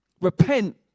Repent